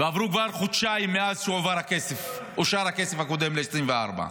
ועברו כבר חודשיים מאז שאושר הכסף הקודם ל-2024.